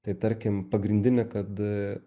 tai tarkim pagrindinį kad